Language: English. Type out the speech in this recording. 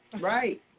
Right